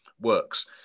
works